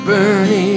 Bernie